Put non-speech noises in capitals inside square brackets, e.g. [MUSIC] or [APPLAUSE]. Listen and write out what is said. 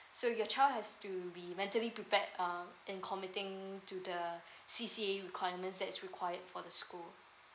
so your child has to be mentally prepared uh in committing to the [BREATH] C_C_A requirement that is required for the school